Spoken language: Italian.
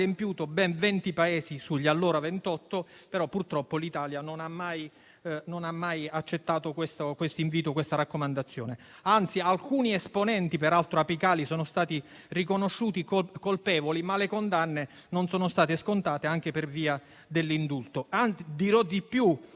adempiuto ben 20 Paesi sugli allora 28, ma purtroppo l'Italia non ha mai accettato questo invito. Anzi, alcuni esponenti, peraltro apicali, sono stati riconosciuti colpevoli, ma le condanne non sono state scontate anche per via dell'indulto. Dirò di più: